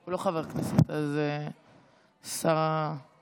הוא לא חבר כנסת, אז שר הדתות.